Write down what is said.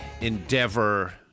endeavor